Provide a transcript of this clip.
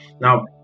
Now